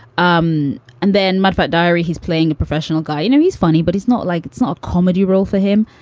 um and then mudflat diary, he's playing a professional guy. you know, he's funny, but he's not like it's not a comedy role for him.